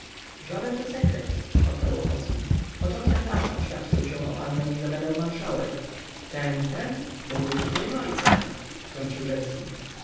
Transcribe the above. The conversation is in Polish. żaden to sekret odparł ochocki w początkach lata oświadczył się o pannę izabelę marszałek ten ten mógł być moim ojcem wtrącił rzecki